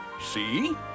See